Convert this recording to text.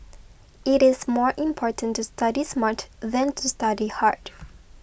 it is more important to study smart than to study hard